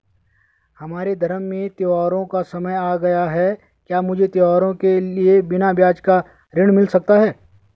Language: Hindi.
हमारे धर्म में त्योंहारो का समय आ गया है क्या मुझे त्योहारों के लिए बिना ब्याज का ऋण मिल सकता है?